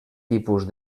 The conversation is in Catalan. tipus